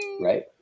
Right